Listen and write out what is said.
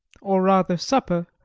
or rather supper,